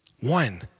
One